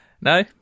No